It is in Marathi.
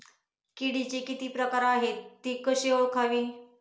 किडीचे किती प्रकार आहेत? ति कशी ओळखावी?